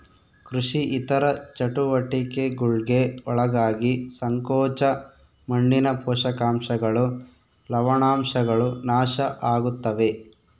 ಕೃಷಿ ಇತರ ಚಟುವಟಿಕೆಗುಳ್ಗೆ ಒಳಗಾಗಿ ಸಂಕೋಚ ಮಣ್ಣಿನ ಪೋಷಕಾಂಶಗಳು ಲವಣಾಂಶಗಳು ನಾಶ ಆಗುತ್ತವೆ